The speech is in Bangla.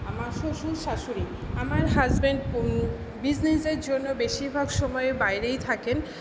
আমার শ্বশুর শাশুড়ি আমার হাজব্যান্ড বিজনেসের জন্য বেশিরভাগ সময় বাইরেই থাকেন